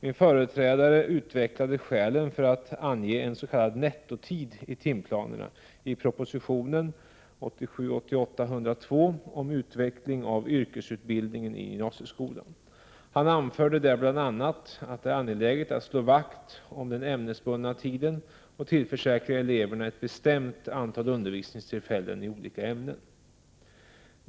Min företrädare utvecklade skälen för att ange en s.k. nettotid i timplanerna i propositionen om utveckling av yrkesutbildningen i gymnasieskolan. Han anförde där bl.a. att det är angeläget att slå vakt om den ämnesbundna tiden och tillförsäkra eleverna ett bestämt antal undervisningstillfällen i olika ämnen.